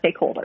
stakeholders